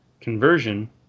conversion